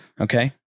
Okay